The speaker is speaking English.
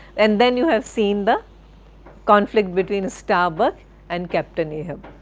and then you have seen the conflict between starbuck and captain ahab,